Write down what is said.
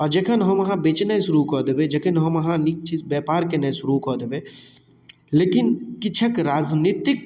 आ जखन हम अहाँ बेचनाइ शुरू कऽ देबै जखन हम अहाँ नीक चीज व्यापार केनाइ शुरू कऽ देबै लेकिन किछुक राजनैतिक